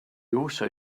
also